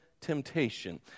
temptation